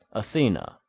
athena,